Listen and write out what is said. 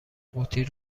قوطی